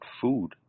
food